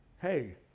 Hey